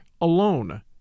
alone